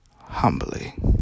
humbly